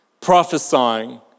prophesying